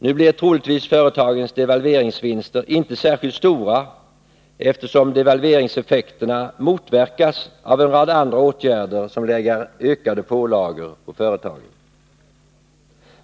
Nu blir troligtvis företagens devalveringsvinster inte särskilt stora, eftersom devalveringseffekterna motverkas av en rad andra åtgärder, som lägger ökade pålagor på företagen.